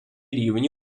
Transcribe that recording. рівні